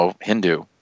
Hindu